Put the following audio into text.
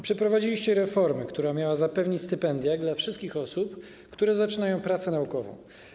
Przeprowadziliście reformę, która miała zapewnić stypendia wszystkim osobom, które rozpoczynają pracę naukową.